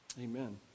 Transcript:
Amen